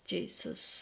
Jesus